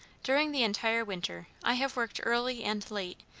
during the entire winter i have worked early and late,